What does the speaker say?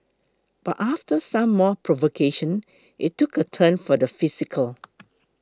but after some more provocation it took a turn for the physical